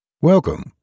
welcome